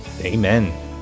Amen